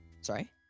Sorry